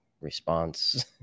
response